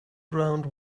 ground